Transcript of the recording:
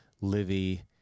Livy